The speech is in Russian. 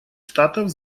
штатов